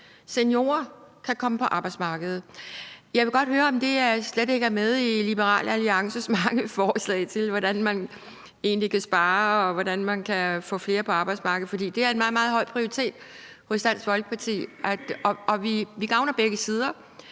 seniorer, kan komme på arbejdsmarkedet. Jeg vil godt høre, om det slet ikke er med i Liberal Alliances mange forslag til, hvordan man egentlig kan spare, og hvordan man kan få flere på arbejdsmarkedet. For det er en meget, meget høj prioritet hos Dansk Folkeparti, og det gavner begge sider: